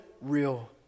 real